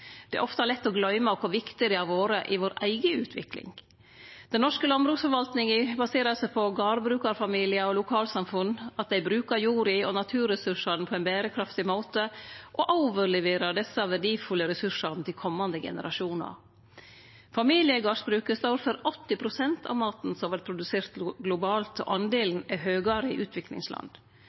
Det er ofte lett å gløyme kor viktig det har vore i vår eiga utvikling. Den norske landbruksforvaltninga baserer seg på gardbrukarfamiliar og lokalsamfunn, at dei bruker jorda og naturressursane på ein berekraftig måte og overleverer desse verdifulle ressursane til komande generasjonar. Familiegardsbruket står for 80 pst. av maten som vert produsert globalt, og delen er høgare i utviklingsland.